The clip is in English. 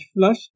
flush